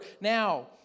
Now